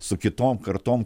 su kitom kartom